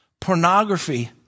pornography